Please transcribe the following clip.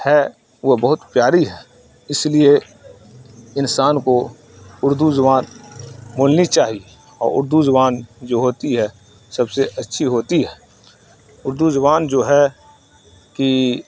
ہے وہ بہت پیاری ہے اس لیے انسان کو اردو زبان بولنی چاہیے اور اردو زبان جو ہوتی ہے سب سے اچھی ہوتی ہے اردو زبان جو ہے کہ